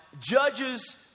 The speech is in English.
judges